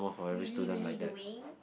really really doing